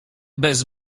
bez